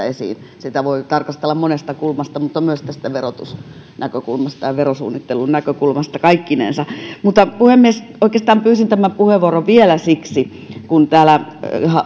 esiin sitä voi tarkastella monesta kulmasta mutta myös tästä verotusnäkökulmasta ja ja verosuunnittelun näkökulmasta kaikkinensa mutta puhemies oikeastaan pyysin tämän puheenvuoron vielä siksi kun täällä